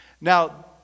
Now